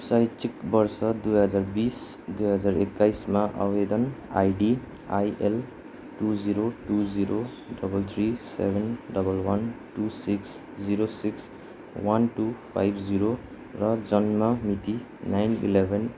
शैक्षिक वर्ष दुई हजार बिस दुई हजार एक्काइसमा आवेदन ID IL two zero two zero double three seven double one two six zero six one two five zero र जन्म मिति नाइन इलेभेन